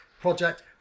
project